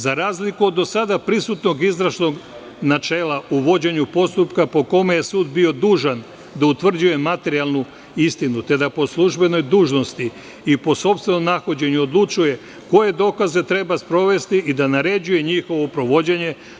Za razliku od do sada prisutnog izvršnog načela u vođenju postupka, po kome je sud bio dužan da utvrđuje materijalnu istinu, te da po službenoj dužnosti i po sopstvenom nahođenju odlučuje koje dokaze treba sprovesti i da naređuje njihovo provođenje.